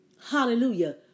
Hallelujah